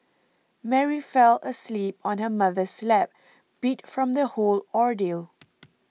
Mary fell asleep on her mother's lap beat from the whole ordeal